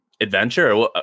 adventure